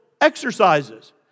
exercises